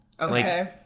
Okay